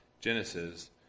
Genesis